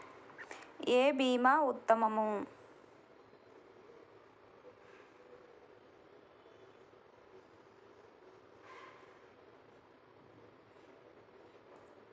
ఏ భీమా ఉత్తమము?